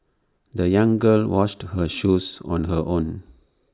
the young girl washed her shoes on her own